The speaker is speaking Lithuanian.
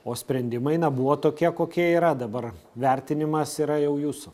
o sprendimai na buvo tokie kokie yra dabar vertinimas yra jau jūsų